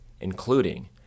including